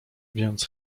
więc